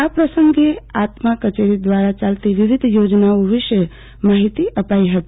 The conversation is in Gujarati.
આ પ્રસંગે આત્મા કચેરી દ્વારા ચાલતી વિવિધ યોજનાઓ વિશે માહિતી આપી હતી